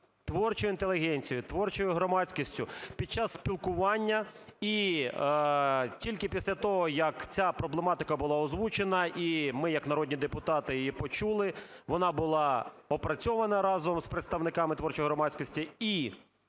творчою інтелігенцією, творчою громадськістю під час спілкування. І тільки після того, як ця проблематика була озвучена, і ми як народні депутати її почули, вона була опрацьована разом з представниками творчої громадськості і